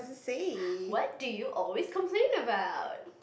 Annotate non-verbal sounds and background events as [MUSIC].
[NOISE] what do you always complain about